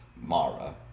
Mara